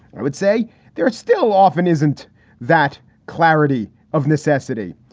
i would say there are still often isn't that clarity of necessity.